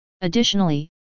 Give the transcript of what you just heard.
Additionally